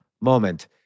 moment